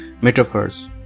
metaphors